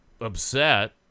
upset